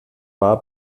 war